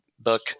book